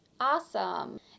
Awesome